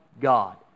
God